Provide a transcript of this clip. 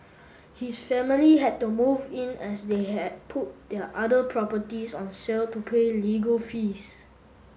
his family had to move in as they had put their other properties on sale to pay legal fees